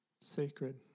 Sacred